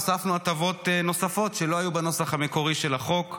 הוספנו הטבות שלא היו בנוסח המקורי של החוק: